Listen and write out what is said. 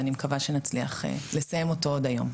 ואני מקווה שנצליח לסיים אותו עוד היום.